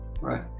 right